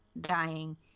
dying